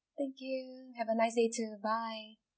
thank you have a nice day too bye